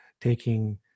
taking